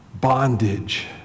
bondage